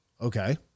Okay